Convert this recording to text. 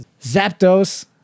Zapdos